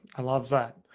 i love that.